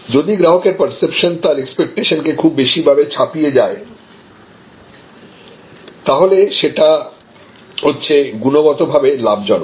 যদি গ্রাহকের পার্সেপশন তার এক্সপেক্টেশনকে খুব বেশি ভাবে ছাপিয়ে যায় তাহলে সেটা হচ্ছে গুণগতভাবে লাভজনক